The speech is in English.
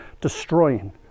destroying